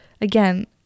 again